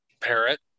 Parrot